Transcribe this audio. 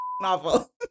novel